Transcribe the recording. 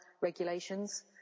regulations